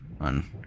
on